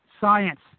science